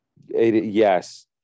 Yes